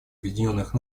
объединенных